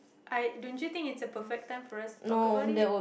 I don't you think it's a perfect time for us to talk about it